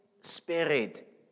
Spirit